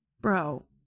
bro